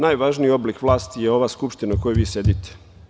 Najvažniji oblik vlasti je ova Skupština u kojoj vi sedite.